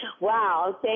Wow